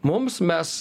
mums mes